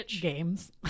games